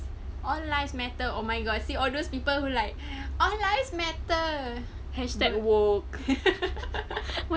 all lives matter oh my god see all those people who like all lives matter hashtag woke